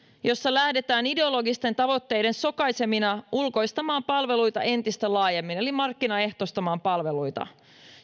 jossa lähdetään ideologisten tavoitteiden sokaisemina ulkoistamaan palveluita entistä laajemmin eli markkinaehtoistamaan palveluita